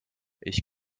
ich